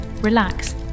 relax